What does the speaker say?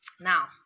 now